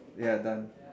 ya done